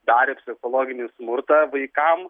darė psichologinį smurtą vaikam